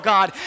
God